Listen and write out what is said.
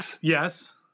Yes